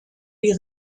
die